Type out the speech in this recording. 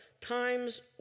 times